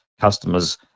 customers